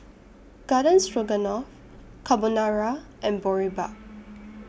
Garden Stroganoff Carbonara and Boribap